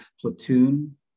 platoon